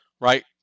Right